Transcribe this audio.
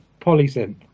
polysynth